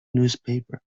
newspaper